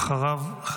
ואחריו,